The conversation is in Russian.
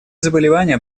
заболевания